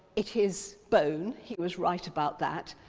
it is bone, he was right about that,